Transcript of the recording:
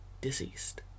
deceased